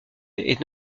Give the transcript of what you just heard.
est